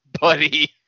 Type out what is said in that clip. Buddy